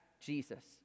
Jesus